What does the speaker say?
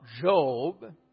Job